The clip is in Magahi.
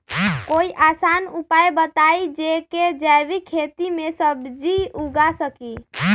कोई आसान उपाय बताइ जे से जैविक खेती में सब्जी उगा सकीं?